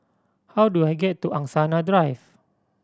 how do I get to Angsana Drive